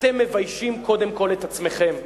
אתם מביישים קודם כול את עצמכם.